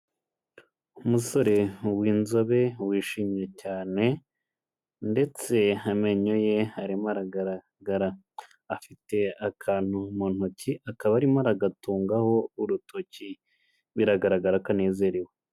Umusore w'inzobe wishimye cyane ndetse amenyo ye arimo aragaragara, afite akantu mu ntoki akaba arimo aragatungaho urutoki, biragaragara ko anezerewe.